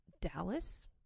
Dallas